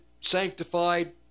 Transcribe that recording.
sanctified